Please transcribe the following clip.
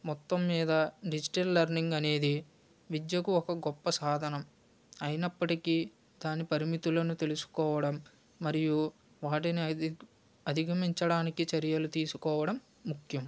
మొత్తం మీద digital learning అనేది విద్యకు ఒక గొప్ప సాధనం అయినప్పటికి దాని పరిమితులను తెలుసుకోవడం మరియు వాటిని అధి అధిగమించడానికి చర్యలు తీసుకోవడం ముఖ్యం